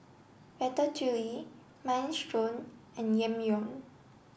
Ratatouille Minestrone and Ramyeon